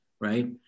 right